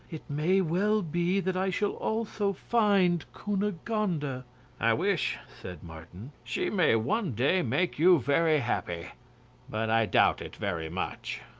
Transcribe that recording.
it may well be that i shall also find cunegonde. ah i wish, said martin, she may one day make you very happy but i doubt it very much.